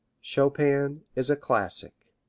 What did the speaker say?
chopin is a classic.